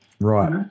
Right